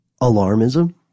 alarmism